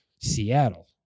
Seattle